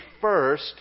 first